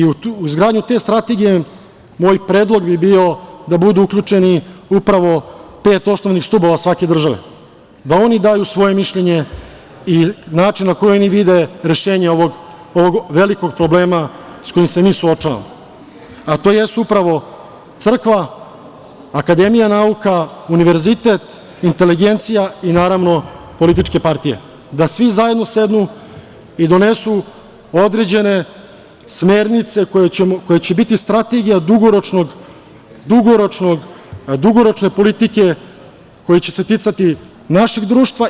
U izgradnju te strategije moj predlog bi bio da budu uključeni upravo pet osnovnih stubova svake države, da oni daju svoje mišljenje i način na koji oni vide rešenje ovog velikog problema sa kojim se mi suočavamo, a to jesu upravo crkva, akademija nauka, univerzitet, inteligencija i, naravno, političke partije, da svi zajedno sednu i donesu određene smernice koje će biti strategija dugoročne politike koja će se ticati našeg društva.